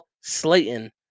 Slayton